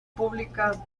públicas